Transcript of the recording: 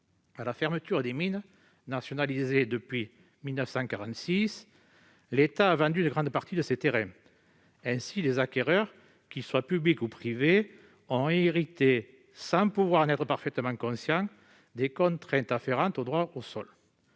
À la fermeture des mines, nationalisées depuis 1946, l'État a vendu une grande partie de ses terrains. Ainsi les acquéreurs, qu'ils soient publics ou privés, ont-ils hérité, sans être en mesure d'en être parfaitement conscients, des contraintes afférentes au droit du sol.